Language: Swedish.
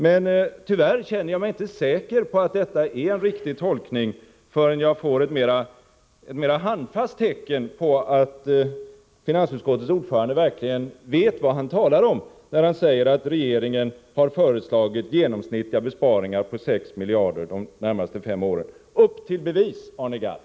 Men tyvärr känner jag mig inte säker på att detta är en riktig tolkning förrän jag fått ett mera påtagligt tecken på att finansutskottets ordförande verkligen vet vad han talar om när han säger att regeringen har föreslagit genomsnittliga besparingar på 6 miljarder de närmaste fem åren. Upp till bevis, Arne Gadd!